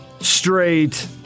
straight